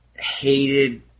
hated